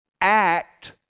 act